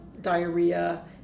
diarrhea